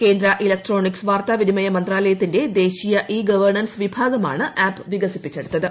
കേന്ദ്ര ഇലക്ട്രോണിക്സ് വാർത്താവിനിമയ മന്ത്രാലയത്തിന്റെ ദേശീയ ഇ ഗവേർണൻസ് വിഭാഗമാണ് ആപ്പ് വികസിപ്പിച്ചെടുത്തത്